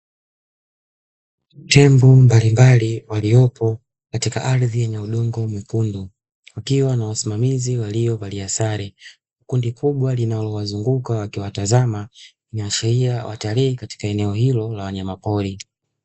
Tembo mbalimbali waliopo katika ardhi yenye udongo mwekundu, wakiwa na wasimamizi waliovalia sare, kundi kubwa linalowazunguka wakiwatazama linaashiria watalii katika eneo hilo la wanyamapori.